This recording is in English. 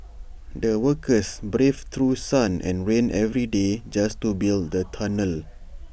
the workers braved through sun and rain every day just to build the tunnel